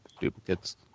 duplicates